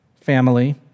family